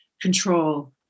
control